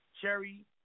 Cherry